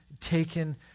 taken